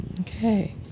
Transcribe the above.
Okay